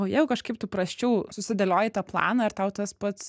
jau kažkaip tai prasčiau susidėlioji tą planą ir tau tas pats